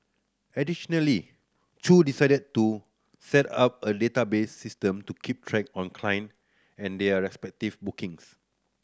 additionally Chew decided to set up a database system to keep track on client and their respective bookings